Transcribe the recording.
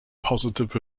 positive